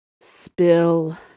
Spill